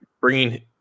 bringing